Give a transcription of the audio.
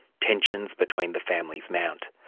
tensions between the families mount.